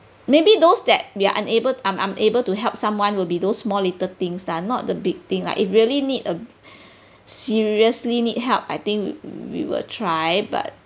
maybe those that we're unable un~ unable to help someone will be those small little things that are not the big thing lah if really need a seriously need help I think we we will try but